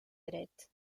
dret